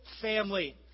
family